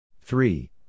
Three